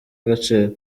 agaciro